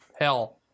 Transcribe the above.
hell